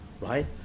right